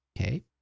Okay